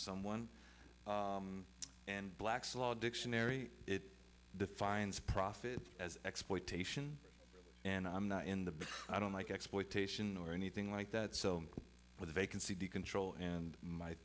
someone and black's law dictionary defines profit as exploitation and i'm not in the i don't like exploitation or anything like that so with a vacancy control in my